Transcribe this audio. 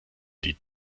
die